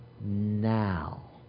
now